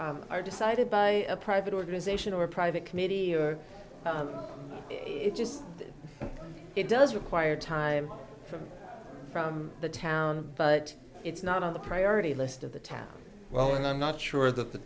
are decided by a private organization or private committee or it just it does require time from from the town but it's not on the priority list of the town well and i'm not sure that the